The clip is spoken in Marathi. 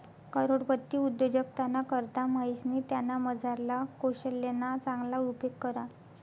करोडपती उद्योजकताना करता महेशनी त्यानामझारला कोशल्यना चांगला उपेग करा